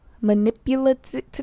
manipulative